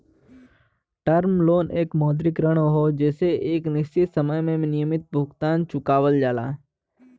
term loan एक मौद्रिक ऋण हौ जेसे एक निश्चित समय में नियमित भुगतान चुकावल जाला